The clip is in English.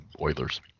Oilers